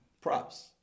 props